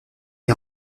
est